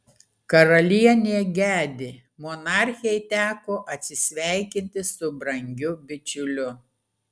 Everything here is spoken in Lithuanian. karalienė gedi monarchei teko atsisveikinti su brangiu bičiuliu